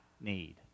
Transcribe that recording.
need